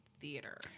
theater